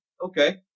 okay